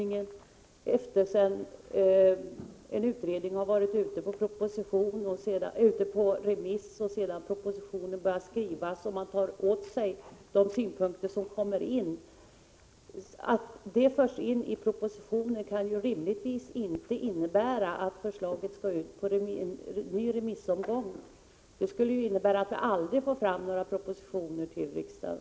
Efter det att en utredning har varit ute på remiss börjar regeringen skriva en proposition och tar då hänsyn till de synpunkter som har inkommit och för in ändringar i propositionen. Regeringen kan rimligtvis inte skicka ut förslaget på en ny remissomgång. Det skulle innebära att vi aldrig fick fram några propositioner till riksdagen.